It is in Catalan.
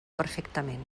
perfectament